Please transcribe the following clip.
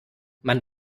man